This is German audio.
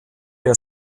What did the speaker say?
der